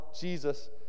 Jesus